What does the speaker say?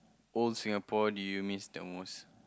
old Singapore do you miss the most